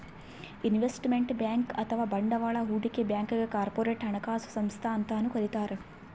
investment bank ಅಥವಾ ಬಂಡವಾಳ್ ಹೂಡಿಕೆ ಬ್ಯಾಂಕ್ಗ್ ಕಾರ್ಪೊರೇಟ್ ಹಣಕಾಸು ಸಂಸ್ಥಾ ಅಂತನೂ ಕರಿತಾರ್